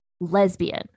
lesbian